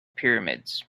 pyramids